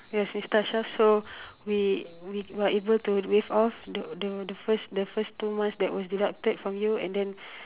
yes sister Ashraf so we we we're able to waive off the the the first the first two months that was deducted from you and then